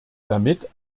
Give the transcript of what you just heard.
damit